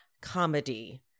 comedy